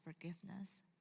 forgiveness